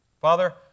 Father